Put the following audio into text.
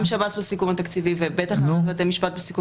גם שב"ס בסיכום התקציבי ובטח הנהלת בתי המשפט בסיכום